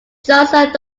johnson